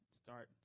start